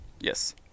yes